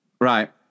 Right